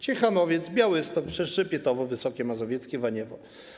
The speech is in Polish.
Ciechanowiec - Białystok przez Szepietowo, Wysokie Mazowieckie, Waniewo.